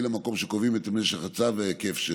למקום כשקובעים את משך הצו וההיקף שלו.